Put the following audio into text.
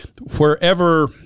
wherever